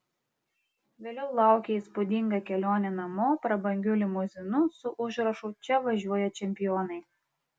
vėliau laukė įspūdinga kelionė namo prabangiu limuzinu su užrašu čia važiuoja čempionai